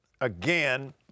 again